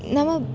नाम